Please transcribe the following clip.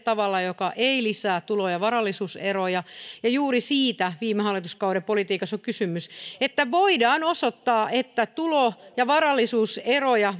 tavalla joka ei lisää tulo ja varallisuuseroja ja juuri siitä viime hallituskauden politiikassa on kysymys että voidaan osoittaa että tulo ja varallisuuseroja